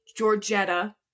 Georgetta